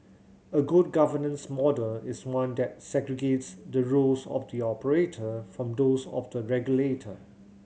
a good governance model is one that segregates the roles of the operator from those of the regulator